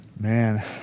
Man